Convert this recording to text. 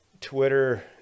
Twitter